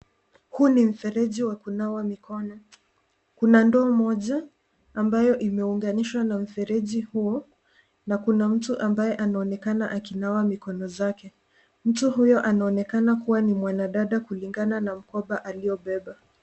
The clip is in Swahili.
Huu ni mfereji wa kunawa mikono, kuna ndoo moja ambayo imeunganishwa na mfereji huo na kuna mtu ambaye anaonekana akinawa mikono zake. Mtu huyu anaonekana kuwa ni mwanadada kulingana na mkoba aliyobeba.